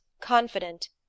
confident